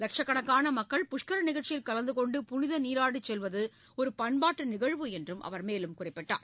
லட்சக்கணக்கான மக்கள் புஷ்கர நிகழ்ச்சியில் கலந்துகொண்டு புனித நீராடிச் செல்வது என்பது ஒரு பண்பாட்டு நிகழ்வு என்றும் அவர் குறிப்பிட்டார்